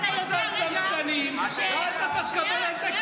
בוא, בוא, אני אגיד לך.